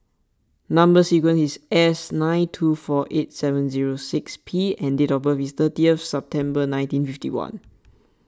Number Sequence is S nine two four eight seven zero six P and date of birth is thirtieth September nineteen fifty one